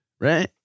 right